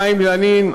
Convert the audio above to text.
חיים ילין,